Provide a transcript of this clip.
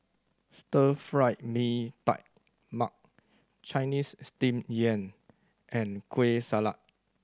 Stir Fried Mee Tai Mak Chinese Steamed Yam and Kueh Salat